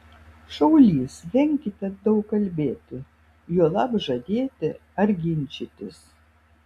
šaulys venkite daug kalbėti juolab žadėti ar ginčytis